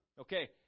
Okay